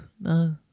no